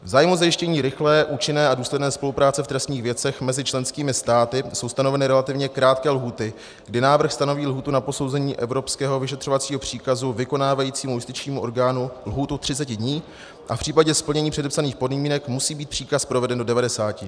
V zájmu zajištění rychlé, účinné a důsledné spolupráce v trestních věcech mezi členskými státy jsou stanoveny relativně krátké lhůty, kdy návrh stanoví lhůtu na posouzení evropského vyšetřovacího příkazu vykonávajícímu justičnímu orgánu lhůtu 30 dní a v případě splnění předepsaných podmínek musí být příkaz proveden do 90 dnů.